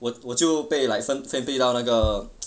我我就被 like 分分配到那个